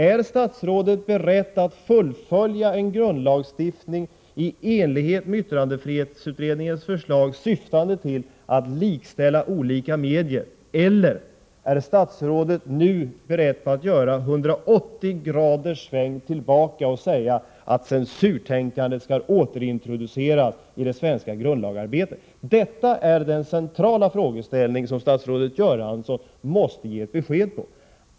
Är statsrådet beredd att fullfölja en grundlagstiftning i enlighet med yttrandefrihetsutredningens förslag, syftande till att likställa olika medier, eller är statsrådet nu beredd att svänga 180 grader och säga att censurtänkandet skall återintroduceras i det svenska grundlagsarbetet? Detta är den centrala frågeställningen, och här måste statsrådet Göransson ge ett besked.